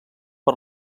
per